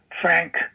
Frank